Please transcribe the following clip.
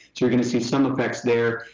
you're gonna see some effects there.